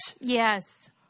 Yes